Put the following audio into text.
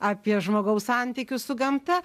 apie žmogaus santykius su gamta